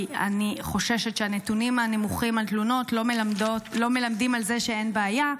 כי אני חוששת שהנתונים הנמוכים על תלונות לא מלמדים על זה שאין בעיה,